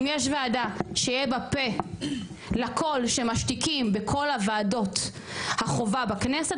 אם יש ועדה שיהיה בה פה לקול שמשתיקים בכל שאר ועדות החובה בכנסת,